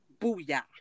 Booyah